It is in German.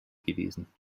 gewesen